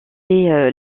est